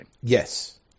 Yes